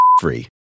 free